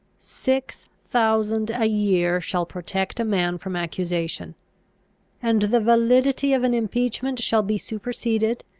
six thousand a year shall protect a man from accusation and the validity of an impeachment shall be superseded,